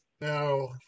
Now